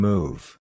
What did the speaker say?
Move